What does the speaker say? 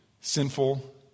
sinful